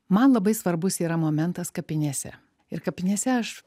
man labai svarbus yra momentas kapinėse ir kapinėse aš